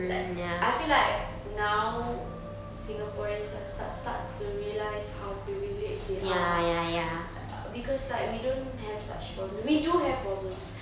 like I feel like now singaporeans sta~ sta~ start to realise how privileged they are because like we don't have such problems we do have problems